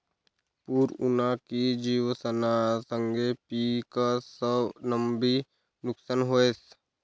पूर उना की जिवसना संगे पिकंसनंबी नुकसान व्हस